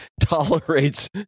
tolerates